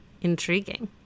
Intriguing